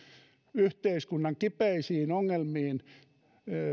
yhteiskunnan kipeisiin ongelmiin